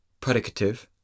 Predicative